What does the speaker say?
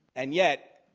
and yet,